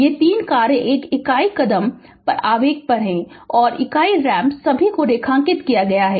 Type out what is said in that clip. ये 3 कार्य एक इकाई कदम इकाई आवेग है और इकाई रैंप सभी को रेखांकित किया गया है